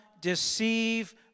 deceive